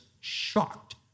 shocked